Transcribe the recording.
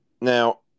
now